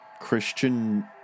Christian